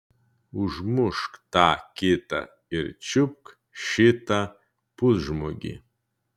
užmušk tą kitą ir čiupk šitą pusžmogį